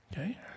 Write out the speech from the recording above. Okay